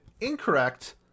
incorrect